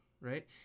right